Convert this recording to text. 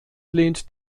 lehnt